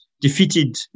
defeated